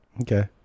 Okay